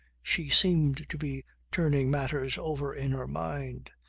she seemed to be turning matters over in her mind.